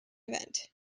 event